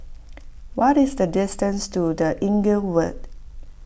what is the distance to the Inglewood